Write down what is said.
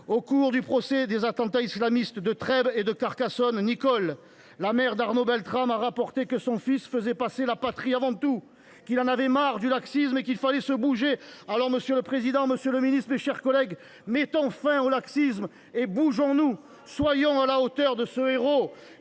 Au cours du procès des attentats islamistes de Trèbes et de Carcassonne, Nicolle, la mère d’Arnaud Beltrame, a rapporté que son fils faisait passer la patrie avant tout. Elle a indiqué en avoir « marre de ce laxisme » et a jugé qu’il fallait « se bouge[r] ». Monsieur le président, monsieur le ministre, mes chers collègues, mettons fin au laxisme et bougeons nous ! Soyons à la hauteur de ce héros